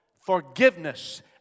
forgiveness